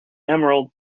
emerald